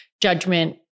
judgment